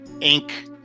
ink